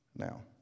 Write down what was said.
now